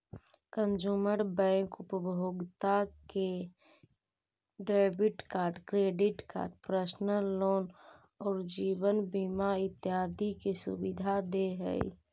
consumer bank उपभोक्ता के debit card, credit card, personal loan आउ जीवन बीमा इत्यादि के सुविधा दे हइ